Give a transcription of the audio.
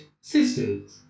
sisters